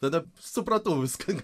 tada supratau viską